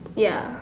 ya